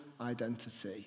identity